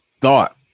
thought